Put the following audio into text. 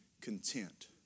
Content